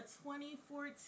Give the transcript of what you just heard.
2014